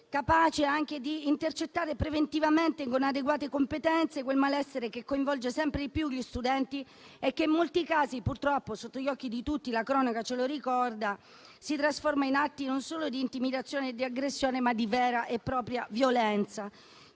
capace di intercettare preventivamente, con adeguate competenze, quel malessere che coinvolge sempre di più gli studenti e che in molti casi - purtroppo è sotto gli occhi di tutti, la cronaca ce lo ricorda - si trasforma in atti non solo di intimidazione e di aggressione, ma di vera e propria violenza.